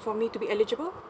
for me to be eligible for